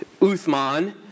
Uthman